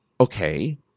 okay